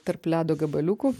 tarp ledo gabaliukų